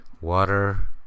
water